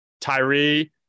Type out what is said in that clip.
Tyree